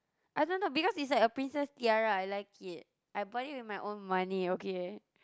I don't know because it's like a princess tiara I like it I bought it with my own money okay